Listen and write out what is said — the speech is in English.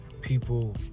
people